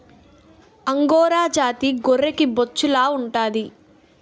angora జాతి గొర్రెకి బొచ్చు లావుంటాది